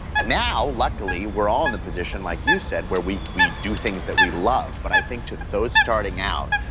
and now, luckily, we're all in the position, like you said, where we we do things that we love, but i think to those starting out,